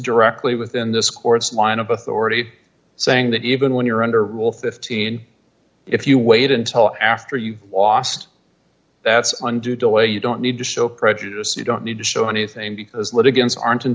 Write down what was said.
directly within this court's line of authority saying that even when you're under rule fifteen if you wait until after you've lost that's undue delay you don't need to show prejudice you don't need to show anything because litigants aren't